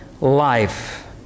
life